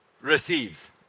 receives